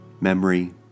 memory